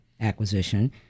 acquisition